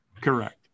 correct